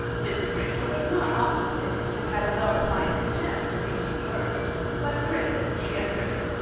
mrs. rachel was not often sick and had a well-defined contempt for people who were but grippe, she asserted,